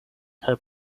kaj